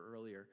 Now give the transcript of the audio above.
earlier